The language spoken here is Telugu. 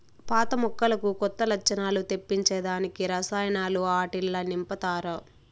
పాత మొక్కలకు కొత్త లచ్చణాలు తెప్పించే దానికి రసాయనాలు ఆట్టిల్ల నింపతారు